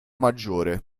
maggiore